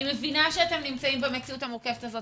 אני מבינה שאתם נמצאים במציאות המורכבת הזאת,